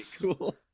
cool